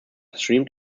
streamed